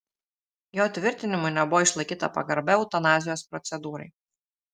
jo tvirtinimu nebuvo išlaikyta pagarba eutanazijos procedūrai